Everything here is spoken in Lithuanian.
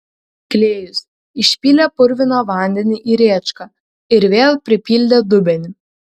klėjus išpylė purviną vandenį į rėčką ir vėl pripildė dubenį